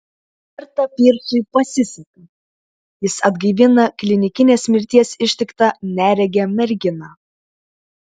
kartą pyrsui pasiseka jis atgaivina klinikinės mirties ištiktą neregę merginą